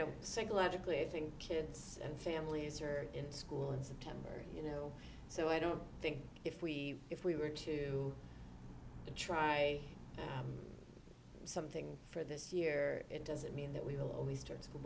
think kids and families are in school in september and you know so i don't think if we if we were to try something for this year it doesn't mean that we will always turn school